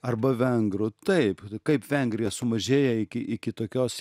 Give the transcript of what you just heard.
arba vengrų taip kaip vengrija sumažėja iki iki tokios